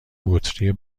بطری